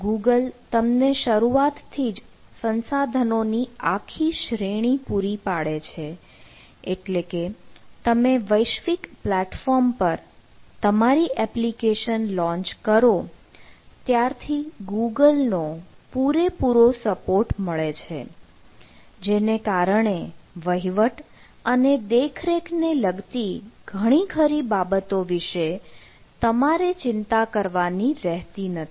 Google તમને શરૂઆતથી જ સંસાધનો ની આખી શ્રેણી પૂરી પાડે છે એટલે કે તમે વૈશ્વિક પ્લેટફોર્મ પર તમારી એપ્લિકેશન લોન્ચ કરો ત્યારથી google નો પૂરેપૂરો સપોર્ટ મળે છે જેને કારણે વહીવટ અને દેખરેખ ને લગતી ઘણી ખરી બાબતો વિશે તમારે ચિંતા કરવાની રહેતી નથી